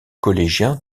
collégien